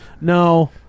no